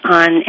on